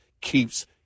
keeps